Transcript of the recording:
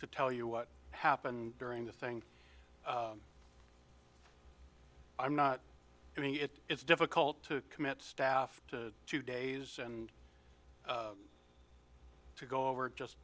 to tell you what happened during the thing i'm not doing it it's difficult to commit staff to two days and to go over just